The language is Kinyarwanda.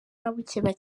bakeneye